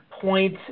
point